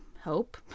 hope